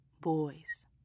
boys